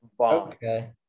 Okay